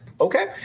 Okay